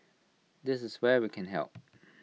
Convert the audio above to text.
this is where we can help